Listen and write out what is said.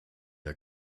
der